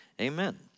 Amen